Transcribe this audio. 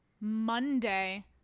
Monday